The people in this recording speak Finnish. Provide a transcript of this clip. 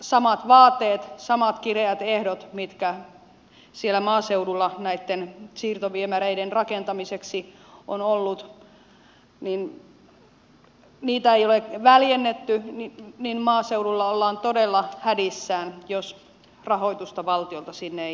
niitä samoja vaateita samoja kireitä ehtoja mitä siellä maaseudulla näitten siirtoviemäreiden rakentamiseksi on ollut ei ole väljennetty maaseudulla ollaan todella hädissään jos rahoitusta valtiolta sinne ei tule